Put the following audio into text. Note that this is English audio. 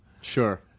Sure